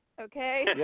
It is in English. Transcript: okay